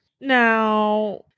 Now